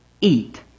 eat